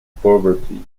poverty